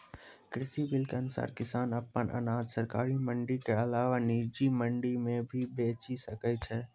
कृषि बिल के अनुसार किसान अप्पन अनाज सरकारी मंडी के अलावा निजी मंडी मे भी बेचि सकै छै